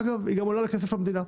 ואגב, היא גם עולה כסף למדינה,